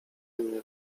mnie